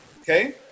Okay